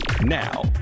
Now